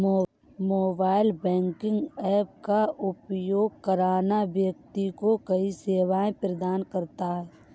mobile banking app का उपयोग करना व्यक्ति को कई सेवाएं प्रदान करता है